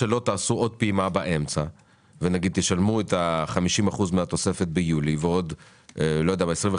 עוד פעם אומר, את התיק הזה --- עזוב את התיק.